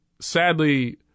sadly